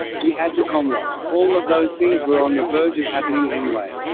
we had the commlock. all of those things were on the verge of happening anyway.